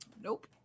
Nope